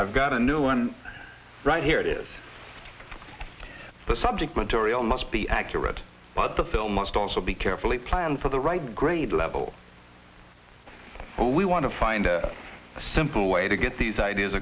i've got a new one right here it is the subject material must be accurate but the film must also be carefully planned for the right grade level we want to find a simple way to get these ideas